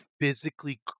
physically